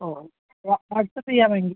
ഓ WhatsApp ചെയ്യാൻ വേണ്ടി